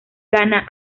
gana